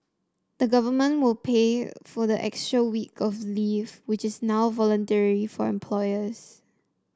the government will pay for the extra week of leave which is now voluntary for employers